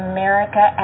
America